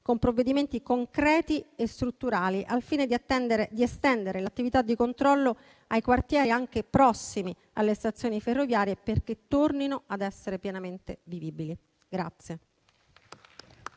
con provvedimenti concreti e strutturali al fine di estendere l'attività di controllo ai quartieri anche prossimi alle stazioni ferroviarie perché tornino ad essere pienamente vivibili.